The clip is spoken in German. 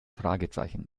fragezeichen